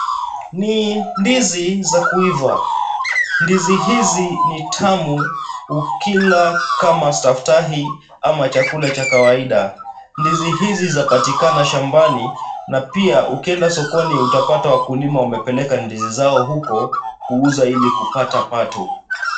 Ni ndizi za kuiva. Ndizi hizi ni tamu ukila kama staftahi ama chakula cha kawaida. Ndizi hizi zapatikana shambani na pia ukienda sokoni utapata wakulima wamepeleka ndizi zao huko kuuza ili kupata pato.